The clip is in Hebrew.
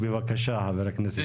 היתרי בניה